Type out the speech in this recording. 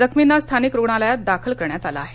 जखमींना स्थानिक रुग्णालयात दाखल करण्यात आलं आहे